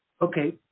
okay